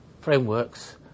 frameworks